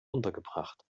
untergebracht